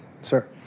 Sir